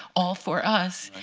all for us,